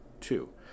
two